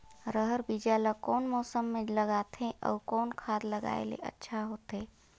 रहर बीजा ला कौन मौसम मे लगाथे अउ कौन खाद लगायेले अच्छा होथे?